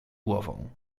głową